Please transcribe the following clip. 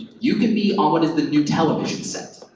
you can be on what is the new television set,